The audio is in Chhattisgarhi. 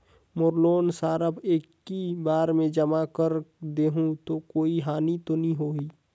मोर लोन सारा एकी बार मे जमा कर देहु तो कोई हानि तो नी होही?